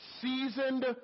seasoned